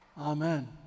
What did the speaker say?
Amen